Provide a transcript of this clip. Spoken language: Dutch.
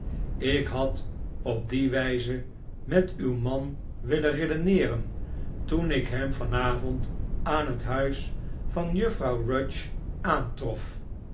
ik had op die wijze met uw man willen redeneeren toen ik hem van avond aan het huis van juffrouw rudge aantrof